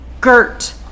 gert